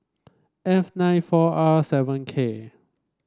F nine four R seven K